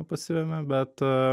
pasivemia bet